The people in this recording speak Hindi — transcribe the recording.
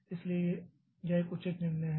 इसलिए यह एक उचित निर्णय है